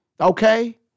Okay